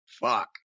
Fuck